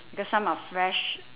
because some are fresh